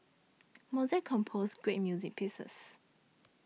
Mozart composed great music pieces